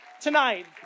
tonight